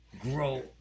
grow